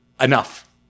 enough